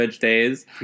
days